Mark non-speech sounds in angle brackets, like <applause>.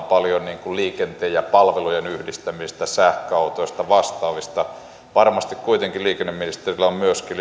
<unintelligible> paljon liikenteen ja palvelujen yhdistämisestä sähköautoista vastaavista varmasti kuitenkin liikenne ja viestintäministerillä on myöskin <unintelligible>